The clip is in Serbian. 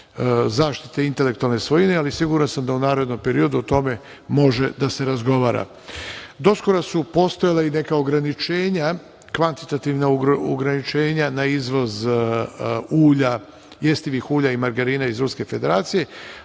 zaštite intelektualne svojine, ali siguran sam da u narednom periodu o tome može da se razgovara. Do skora su postojala i neka kvantitativna ograničenja na izvoz jestivih ulja i margarina iz Ruske Federacije,